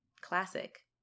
Classic